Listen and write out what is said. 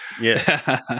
Yes